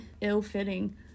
ill-fitting